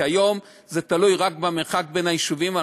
כי היום זה תלוי רק במרחק בין היישובים,